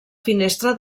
finestra